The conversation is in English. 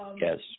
Yes